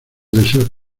deseos